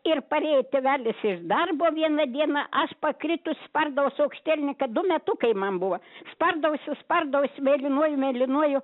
ir parėjo tėvelis iš darbo vieną dieną aš pakritus spardaus aukštielynka du metukai man buvo spardausiu spardausi mėlynuoju mėlynuoju